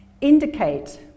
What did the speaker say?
indicate